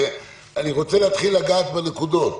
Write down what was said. אני רוצה לגעת בנקודות.